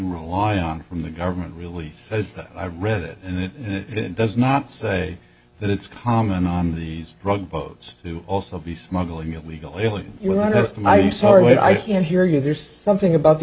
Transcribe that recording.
rely on from the government really as i read it and it does not say that it's common on these rogue boats to also be smuggling illegal aliens and i'm sorry i can't hear you there's something about the